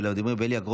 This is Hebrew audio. ולדימיר בליאק,